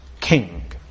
king